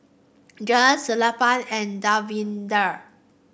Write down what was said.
Sellapan and Davinder